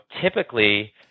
typically